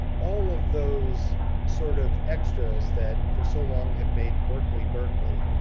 all of those sort of extras that for so long have made berkeley, berkeley.